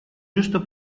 giusto